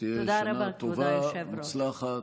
שתהיה שנה טובה ומוצלחת,